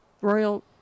Royal